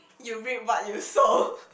you reap what you sow